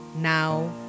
now